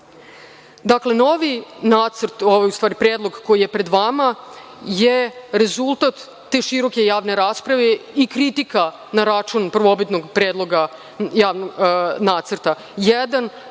novi nacrt, odnosno predlog koji je pred vama je rezultat te široke javne rasprave i kritika na račun prvobitnog Predloga nacrta.